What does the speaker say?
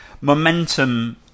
momentum